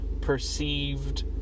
perceived